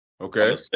Okay